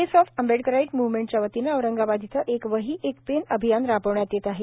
face of Ambedkarite म्व्हमेंटच्या वतीनं औरंगाबाद इथं एक वही एक पेन अभियान राबवण्यात येत आहे